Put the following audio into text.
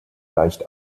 leicht